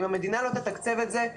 אם המדינה לא תתקצב את זה,